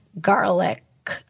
garlic